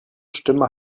stimme